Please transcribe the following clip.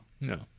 No